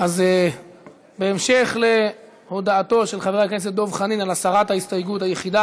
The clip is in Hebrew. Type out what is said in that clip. אז בהמשך להודעתו של חבר הכנסת דב חנין על הסרת ההסתייגות היחידה,